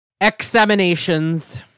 Examinations